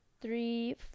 three